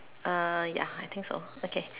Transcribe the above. uh ya I think so okay